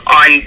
on